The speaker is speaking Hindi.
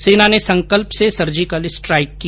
सेना ने संकल्प से सर्जिकल स्ट्राईक किया